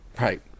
right